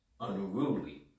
unruly